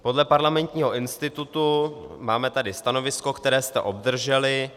Podle Parlamentního institutu tady máme stanovisko, které jste obdrželi.